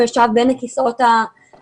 הוא ישב באחד הכיסאות הקדמיים,